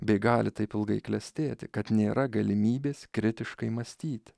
bei gali taip ilgai klestėti kad nėra galimybės kritiškai mąstyti